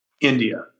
India